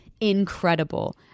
incredible